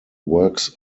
works